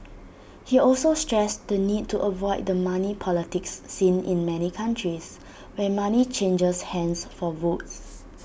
he also stressed the need to avoid the money politics seen in many countries where money changes hands for votes